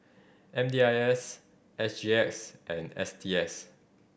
M D I S S G X and S T S